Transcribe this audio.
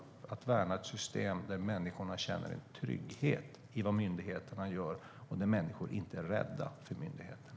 Det handlar om att värna ett system där människorna känner en trygghet i vad myndigheterna gör och inte är rädda för myndigheterna.